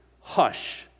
Hush